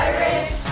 Irish